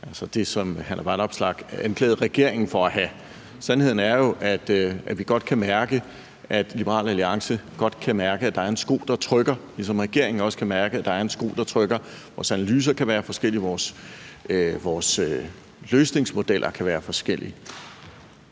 det, hr. Alex Vanopslagh anklagede regeringen for at have. Sandheden er jo, at vi godt kan mærke, at Liberal Alliance godt kan mærke, at der er en sko, der trykker, ligesom regeringen også kan mærke, at der er en sko, der trykker. Vores analyser kan være forskellige, og vores løsningsmodeller kan være forskellige.